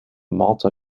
malta